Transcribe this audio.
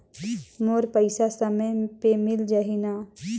मोर पइसा समय पे मिल जाही न?